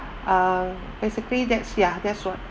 uh basically that's ya that's what